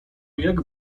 jak